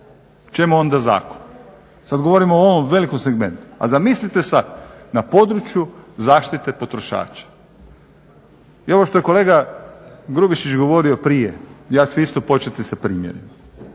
Čemu onda zakon? Sad govorimo o ovom velikom segmentu. A zamislite sad, na području zaštite potrošača. I ovo što je kolega Grubišić govorio prije ja ću isto početi sa primjerom